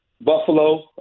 Buffalo